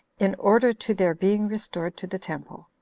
in order to their being restored to the temple.